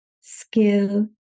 skill